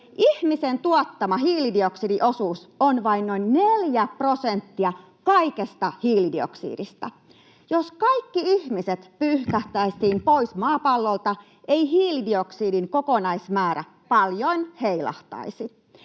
Ihmisen tuottama hiilidioksidiosuus on vain noin 4 prosenttia kaikesta hiilidioksidista. Jos kaikki ihmiset pyyhkäistäisiin pois maapallolta, ei hiilidioksidin kokonaismäärä paljon heilahtaisi.